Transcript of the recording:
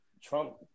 Trump